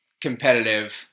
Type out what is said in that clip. competitive